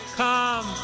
come